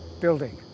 building